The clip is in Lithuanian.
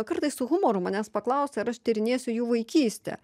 kartais su humoru manęs paklausia ar aš tyrinėsiu jų vaikystę